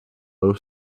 low